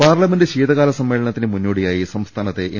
parliament ശീതകാല സമ്മേളനത്തിന് മുന്നോടിയായി സംസ്ഥാനത്തെ എം